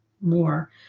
more